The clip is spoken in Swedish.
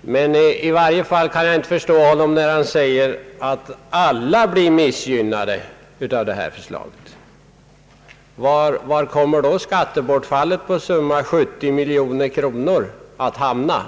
Men i varje fall kan jag inte förstå herr Tistad när han säger att alla blir missgynnade av detta förslag. Var kommer då skattebortfallet på summa 70 miljoner kronor att hamna?